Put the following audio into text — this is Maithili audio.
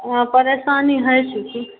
हँ परेशानी होइत छै किछु